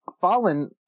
fallen